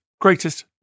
greatest